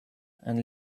and